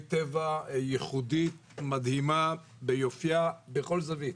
טבע ייחודית מדהימה ביופייה בכל זווית,